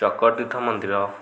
ଚକତୀର୍ଥ ମନ୍ଦିର